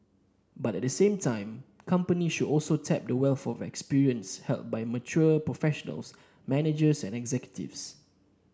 but the same time companies should also tap the wealth of experience held by mature professionals managers and executives